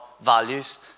values